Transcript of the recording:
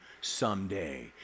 someday